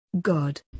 God